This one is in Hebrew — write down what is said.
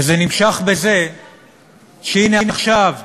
זה נמשך בזה שהנה עכשיו,